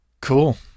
Cool